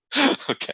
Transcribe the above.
Okay